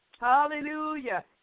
Hallelujah